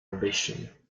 ambition